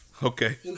Okay